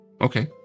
Okay